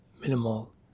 minimal